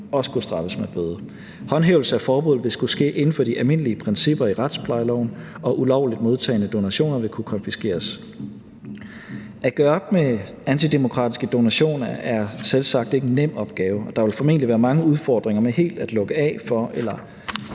også kunne straffes med bøde. En håndhævelse af forbuddet vil skulle ske inden for de almindelige principper i retsplejeloven, og ulovligt modtagne donationer vil kunne konfiskeres. At gøre op med antidemokratiske donationer er selvsagt ikke en nem opgave, og der vil formentlig være mange udfordringer med helt at lukke af for